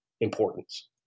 importance